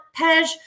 Pej